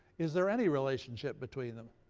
is there any relationship between them?